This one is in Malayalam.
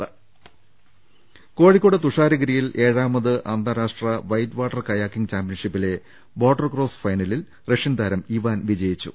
രുട്ട്ട്ട്ട്ട്ട്ട്ട്ട കോഴിക്കോട് തുഷാരഗിരിയിൽ ഏഴാമത് അന്താരാഷ്ട്ര വൈറ്റ് വാട്ടർ കയാക്കിംഗ് ചാമ്പ്യൻഷിപ്പിലെ ബോട്ടർക്രോസ് ഫൈനലിൽ റഷ്യൻതാരം ഇവാൻ വിജയിച്ചു